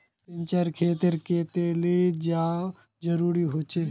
सिंचाईर खेतिर केते चाँह जरुरी होचे?